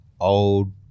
old